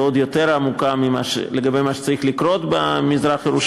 ועוד יותר עמוקה לגבי מה שצריך לקרות במזרח-ירושלים,